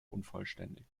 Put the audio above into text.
unvollständig